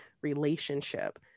relationship